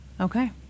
Okay